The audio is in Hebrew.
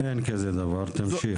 אין כזה דבר, תמשיך.